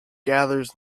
gathers